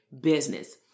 business